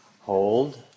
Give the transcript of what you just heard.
hold